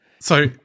So-